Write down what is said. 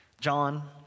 John